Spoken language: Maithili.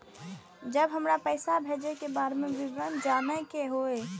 जब हमरा पैसा भेजय के बारे में विवरण जानय के होय?